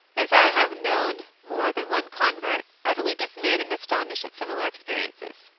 as i have known more than one convert utterly dismayed and astonished at similar experiences.